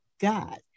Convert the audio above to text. God